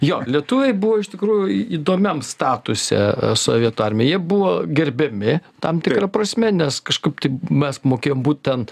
jo lietuviai buvo iš tikrųjų įdomiam statuse sovietų armijoj jie buvo gerbiami tam tikra prasme nes kažkaip tai mes mokėjom būtent